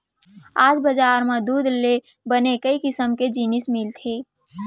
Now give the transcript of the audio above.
आज बजार म दूद ले बने कई किसम के जिनिस मिलथे